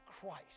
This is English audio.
Christ